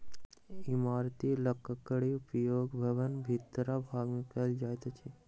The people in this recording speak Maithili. इमारती लकड़ीक उपयोग भवनक भीतरका भाग मे कयल जाइत अछि